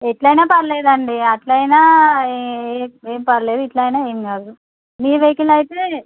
ఎట్లైనా పర్లేదండి అట్లైనా ఏ ఏం పర్లేదు ఇట్లైనా ఏం కాదు మీ వెహికిల్ అయితే